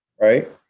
right